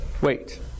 wait